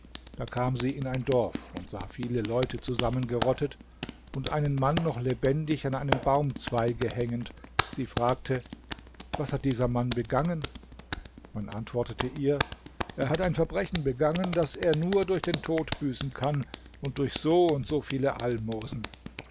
da kam sie in ein dorf und sah viele leute zusammengerottet und einen mann noch lebendig an einem baumzweige hängend sie fragte was hat dieser mann begangen man antwortete ihr er hat ein verbrechen begangen das er nur durch den tod büßen kann oder durch so und so viel almosen